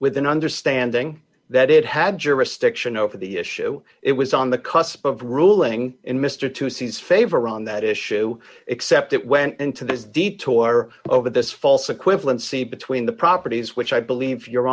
with an understanding that it had jurisdiction over the issue it was on the cusp of ruling in mr to seize favor on that issue except it went into this deep two are over this false equivalency between the properties which i believe you